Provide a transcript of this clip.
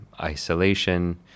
isolation